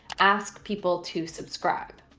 ask people to subscribe.